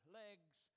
legs